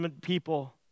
people